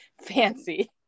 fancy